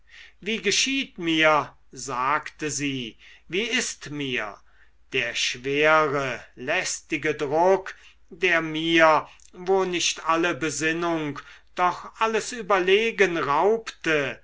wie geschieht mir sagte sie wie ist mir der schwere lästige druck der mir wo nicht alle besinnung doch alles überlegen raubte